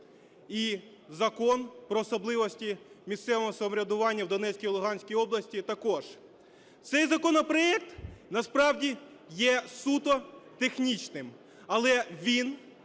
І Закон про особливості місцевого самоврядування в Донецькій і Луганській області також. Цей законопроект насправді є суто технічним, але він